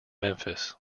memphis